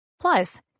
plus